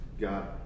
God